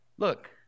Look